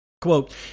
Quote